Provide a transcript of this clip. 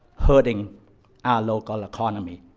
hurting our local economy.